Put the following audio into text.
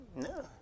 No